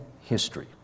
history